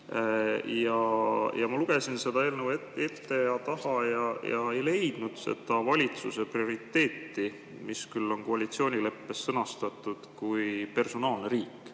Ma lugesin seda eelnõu eest taha, aga ei leidnud seda valitsuse prioriteeti, mis on koalitsioonileppes sõnastatud kui personaalne riik.